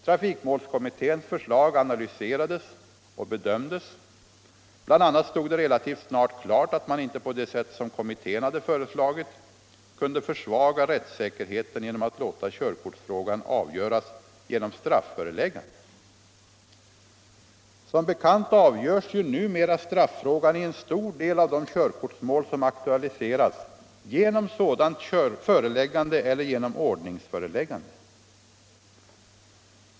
Trafikmålskommitténs förslag analyserades och bedömdes. BI. a. stod det relativt snart klart att man inte på det sätt som kommittén hade föreslagit kunde försvaga rättssäkerheten genom att låta körkortsfrågan avgöras genom strafföreläggande. Som bekant avgörs ju numera straffrågan i en stor del av de körkortsmål som aktualiseras genom sådant föreläggande eller genom ordningsföreläggande.